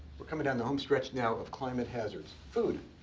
we're coming down the home stretch now of climate hazards. food.